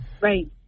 right